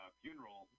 funeral